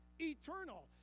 Eternal